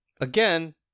again